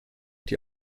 die